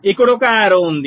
ఇక్కడ ఒక బాణం ఉంది